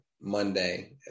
Monday